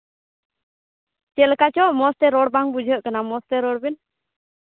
ᱪᱮᱫ ᱞᱮᱠᱟ ᱪᱚᱝ ᱢᱚᱡᱽᱛᱮ ᱨᱚᱲ ᱵᱟᱝ ᱵᱩᱡᱷᱟᱹᱜ ᱠᱟᱱᱟ ᱢᱚᱡᱽᱛᱮ ᱨᱚᱲ ᱵᱮᱱ